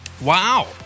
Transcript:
Wow